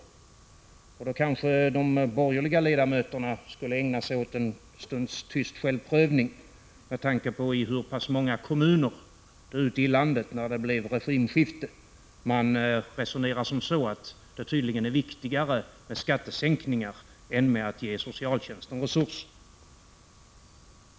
Då kanske de borgerliga ledamöterna skulle ägna sig åt en stunds tyst självprövning, med tanke på i hur pass många kommuner ute i landet som man, när det blev regimskifte, resonerade som så att det tydligen var viktigare med skattesänkningar än att ge socialtjänsten resurser.